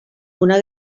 una